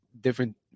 different